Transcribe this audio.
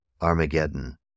armageddon